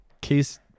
case